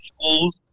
schools